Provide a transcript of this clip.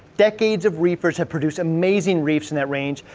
decades of reefers have produced amazing reefs in that range.